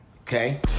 Okay